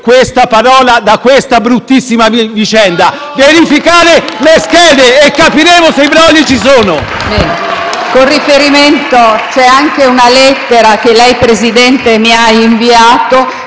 questa parola da questa bruttissima vicenda: verificare le schede e capiremo se i brogli ci sono.